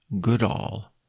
Goodall